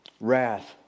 Wrath